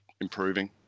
improving